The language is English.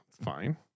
fine